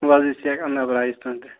وۅزٕج سٮ۪کھ اَنہٕ ناو بہٕ راجِستھان پٮ۪ٹھ